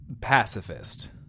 pacifist